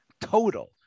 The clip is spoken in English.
total